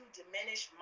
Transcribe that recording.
diminish